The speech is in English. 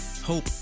hope